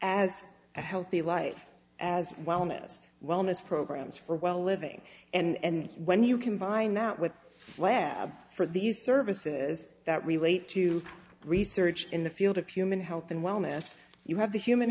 as a healthy life as well miss wellness programs for well living and when you combine that with flab for these services that relate to research in the field of human health and wellness you have the human